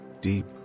deep